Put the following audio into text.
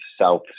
South